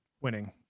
winning